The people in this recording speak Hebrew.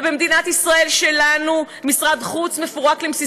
ובמדינת ישראל שלנו משרד חוץ מפורק לרסיסים,